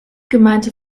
gemeinte